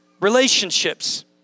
Relationships